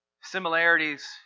similarities